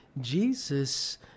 Jesus